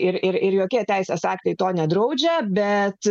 ir ir jokie teisės aktai to nedraudžia bet